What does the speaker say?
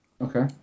Okay